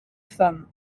femmes